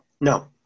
No